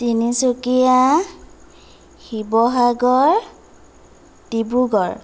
Tinsukia Sivasagar Dibrugarh